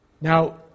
Now